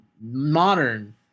modern